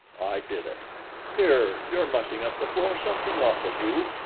i did it here! you're mussing up the floor something awful, you.